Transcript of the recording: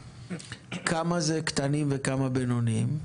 כמה זה קטנים וכמה בינוניים?